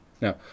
Now